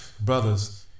brothers